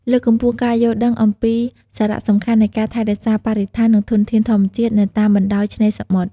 លើកកម្ពស់ការយល់ដឹងអំពីសារៈសំខាន់នៃការថែរក្សាបរិស្ថាន និងធនធានធម្មជាតិនៅតាមបណ្ដោយឆ្នេរសមុទ្រ។